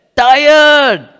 tired